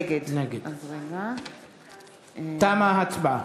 נגד תמה ההצבעה.